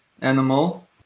animal